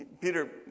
Peter